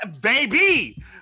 Baby